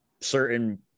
certain